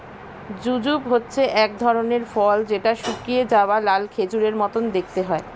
jujube হচ্ছে এক ধরনের ফল যেটা শুকিয়ে যাওয়া লাল খেজুরের মত দেখতে হয়